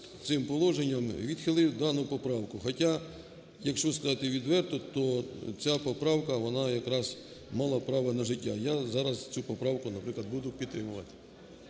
цим положенням, відхилив дану поправку. Хоча, якщо сказати відверто, то ця поправка вона якраз мала право на життя. Я зараз цю поправку, наприклад, буду підтримувати.